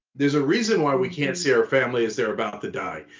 there's a reason why we can't see our family as they're about to die.